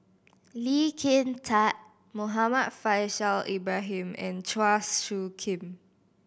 Lee Kin Tat Muhammad Faishal Ibrahim and Chua Soo Khim